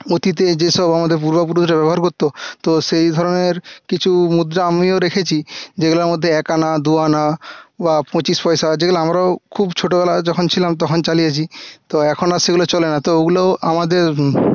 অতীতে যে সব আমাদের পূর্বপুরুষরা ব্যবহার করত তো সেই ধরনের কিছু মুদ্রা আমিও রেখেছি যেগুলোর মধ্যে এক আনা দুআনা বা পঁচিশ পয়সা যেগুলো আমরাও খুব ছোটোবেলায় যখন ছিলাম তখন চালিয়েছি তো এখন আর সেগুলো চলে না তো ওগুলো আমাদের